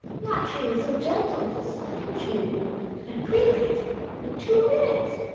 naturally so gentle, to slay a jew and a prelate in two minutes!